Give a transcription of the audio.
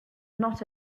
not